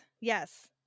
yes